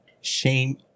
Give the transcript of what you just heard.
shame